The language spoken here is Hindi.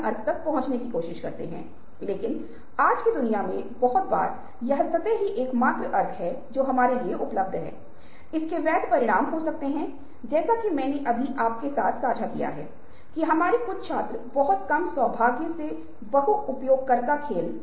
अच्छे प्रश्न पूछें इस मुद्दे पर लगातार चिंतन करें कि इन मुद्दों के लिए कौन जिम्मेदार है यह समस्या कहां है समस्या क्या है इस मुद्दे की मुख्य विशेषताएं क्या हैं